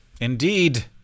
Indeed